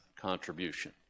contribution